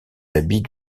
habits